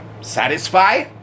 satisfy